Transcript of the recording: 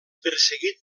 perseguit